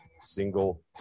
single